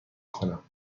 کنم